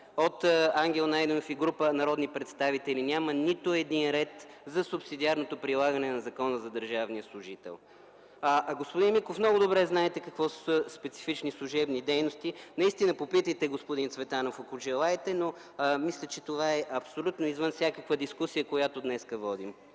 от Ангел Найденов и група народни представители, няма нито един ред за субсидиарното прилагане на Закона за държавния служител. Господин Миков, много добре знаете какво са „специфични служебни дейности”. Наистина попитайте господин Цветанов, ако желаете, но мисля, че това е абсолютно извън всякаква дискусия, която днес водим.